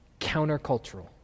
countercultural